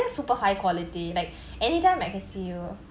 that's super high quality like anytime I can see you